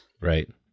Right